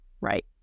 right